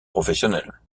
professionnels